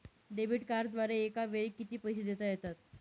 Debit कार्डद्वारे एकावेळी किती पैसे देता येतात?